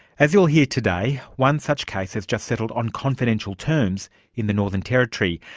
as you'll hear today, one such case has just settled on confidential terms in the northern territory.